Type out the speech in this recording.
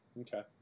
okay